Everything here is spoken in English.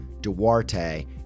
Duarte